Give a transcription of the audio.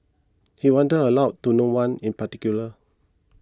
he wondered aloud to no one in particular